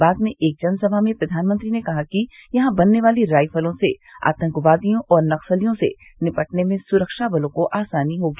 बाद में एक जनसभा में प्रधानमंत्री ने कहा कि यहां बनने वाली राइफलों से आतंकवादियों और नक्सलियों से निपटने में सुरक्षा बलों को आसानी होगी